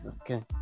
Okay